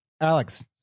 Alex